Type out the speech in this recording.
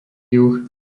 juh